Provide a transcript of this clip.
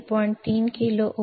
3k R1 4